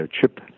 chip